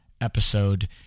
episode